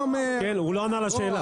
אבל הוא לא ענה לשאלה.